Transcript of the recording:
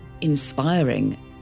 Inspiring